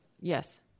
Yes